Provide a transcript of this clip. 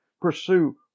pursue